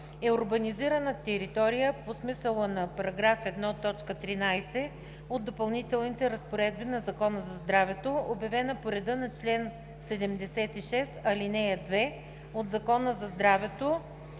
урбанизирана територия по смисъла на § 1, т. 13 от Допълнителните разпоредби на Закона за здравето, обявена по реда на чл. 76, ал. 2 от Закона за здравето